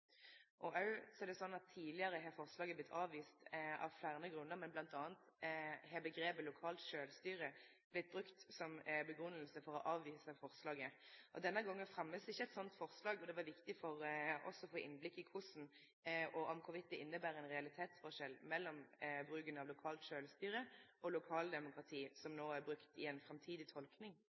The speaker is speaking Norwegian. Tidlegare har forslaget vorte avvist av fleire grunnar; bl.a. har omgrepet «lokalt sjølvstyre» vorte brukt som grunngjeving for å avvise forslaget. Denne gongen er det ikkje eit slikt forslag som vert fremma, og det var viktig for oss å få innblikk i om det inneber ein realitetsforskjell mellom bruken av lokalt sjølvstyre og lokaldemokrati, som no er brukt, i ei framtidig